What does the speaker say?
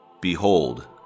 Behold